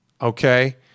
okay